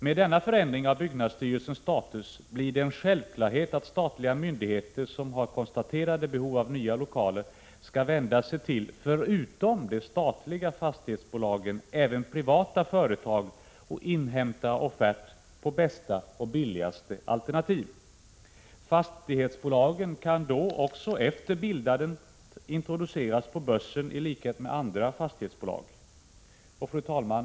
Med denna förändring av byggnadsstyrelsens status blir det en självklarhet att statliga myndigheter, som har konstaterade behov av nya lokaler, förutom till de statliga fastighetsbolagen även skall vända sig till privata företag och inhämta offert på bästa och billigaste alternativ. Fastighetsbolagen kan då också efter bildandet introduceras på börsen i likhet med andra fastighetsbolag. Fru talman!